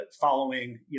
following